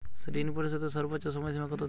ঋণ পরিশোধের সর্বোচ্চ সময় সীমা কত দিন?